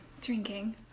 drinking